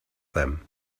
them